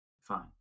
Fine